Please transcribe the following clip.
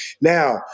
Now